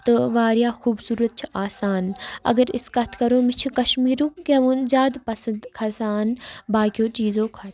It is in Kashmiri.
تہٕ واریاہ خوٗبصوٗرت چھِ آسان اگر أسۍ کَتھ کَرو مےٚ چھِ کَشمیٖرُک گٮ۪وُن زیادٕ پَسنٛد کھَسان باقٕیو چیٖزو کھۄتہٕ